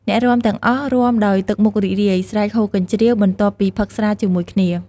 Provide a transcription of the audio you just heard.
អ្នករាំទាំងអស់ រាំដោយទឹកមុខរីករាយ ស្រែកហ៊ោកញ្ជ្រៀវ បន្ទាប់ពីផឹកស្រាជាមួយគ្នា។